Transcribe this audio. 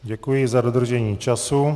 Děkuji za dodržení času.